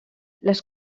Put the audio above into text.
les